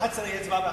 תהיה הצבעה ב-23:00?